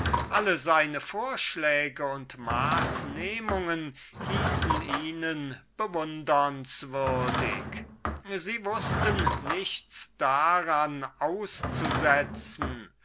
alle seine vorschläge und maßnehmungen waren bewundernswürdig sie wußten nichts daran auszusetzen